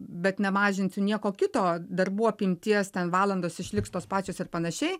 bet nemažinsiu nieko kito darbų apimties ten valandos išliks tos pačios ir panašiai